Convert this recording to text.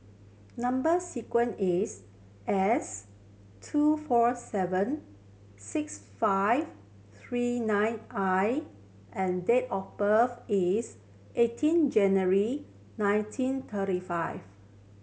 number sequence is S two four seven six five three nine I and date of birth is eighteen January nineteen thirty five